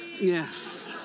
Yes